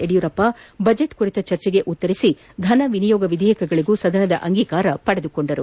ಯಡಿಯೂರಪ್ಪ ಬಜೆಬ್ ಕುರಿತ ಚರ್ಚೆಗೆ ಉತ್ತರಿಸಿ ಧನ ವಿನಿಯೋಗ ವಿಧೇಯಕಗಳಿಗೂ ಸದನದ ಅಂಗೀಕಾರ ಪಡೆದರು